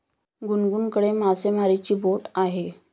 गुनगुनकडे मासेमारीची बोट आहे